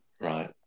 Right